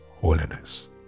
holiness